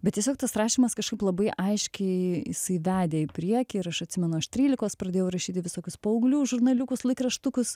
bet tiesiog tas rašymas kažkaip labai aiškiai jisai vedė į priekį ir aš atsimenu aš trylikos pradėjau rašyti visokius paauglių žurnaliukus laikraštukus